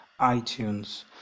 iTunes